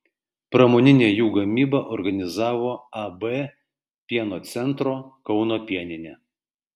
pramoninę jų gamybą organizavo ab pieno centro kauno pieninė